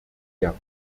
der